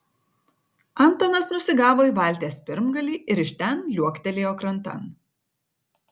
antonas nusigavo į valties pirmgalį ir iš ten liuoktelėjo krantan